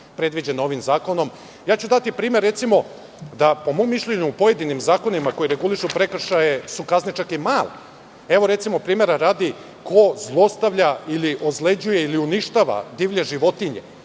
predviđene ovim zakonom. Daću primer, recimo, da po mom mišljenju u pojedinim zakonima koji regulišu prekršaje su kazne čak i male. Evo recimo, primera radi, ko zlostavlja ili ozleđuje ili uništava divlje životinje